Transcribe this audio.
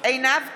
עינב קאבלה,